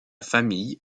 famille